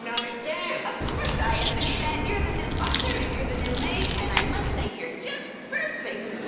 and understand. of course i understand. you're the new butler and you're the new maid, and i must say you're just perfect. oh,